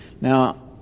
Now